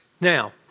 Now